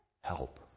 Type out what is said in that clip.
help